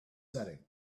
setting